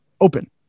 open